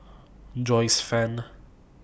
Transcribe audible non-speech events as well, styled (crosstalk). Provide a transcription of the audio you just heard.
Joyce fan (noise)